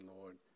Lord